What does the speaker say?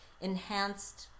enhanced